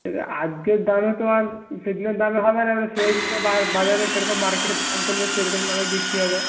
আজকের দামে তো আর সেদিনের দামে হবে না এবারে সেদিনে বাজারে কীরকম মার্কেটে দাম চলবে সেরকম দামেই বিক্রি হবে